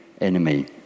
enemy